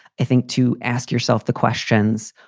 i think to ask yourself the questions.